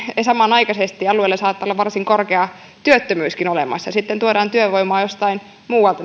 samanaikaisesti alueella saattaa olla varsin korkea työttömyyskin olemassa ja sitten tuodaan työvoimaa jostain muualta